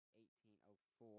1804